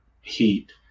heat